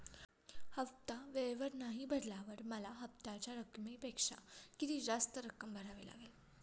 हफ्ता वेळेवर नाही भरल्यावर मला हप्त्याच्या रकमेपेक्षा किती जास्त रक्कम भरावी लागेल?